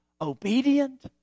obedient